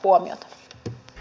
arvoisa puhemies